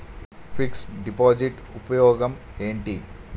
Fix డ్ deposit ఉపయోగం ఏంటి?